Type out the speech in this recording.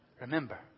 Remember